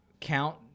Count